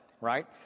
Right